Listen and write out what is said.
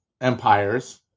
empires